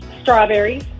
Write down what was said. Strawberries